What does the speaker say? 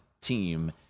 team